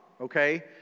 okay